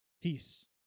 peace